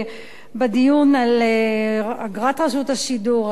בדיון על אגרת רשות השידור,